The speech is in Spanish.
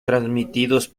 transmitidos